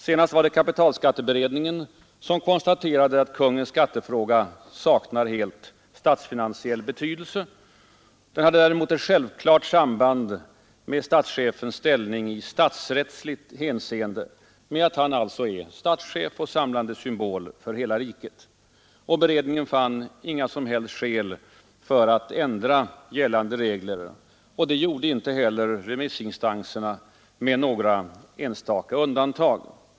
Senast var det kapitalskatteberedningen som konstaterade att kungens skattefråga helt saknar statsfinansiell betydelse men att den däremot har ett klart samband med statschefens ställning i statsrättsligt hänseende — med att han är statschef och samlande symbol för hela riket. Beredningen fann inga som helst skäl för att ändra gällande regler. Det gjorde inte heller remissinstanserna med några enstaka undantag.